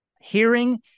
hearing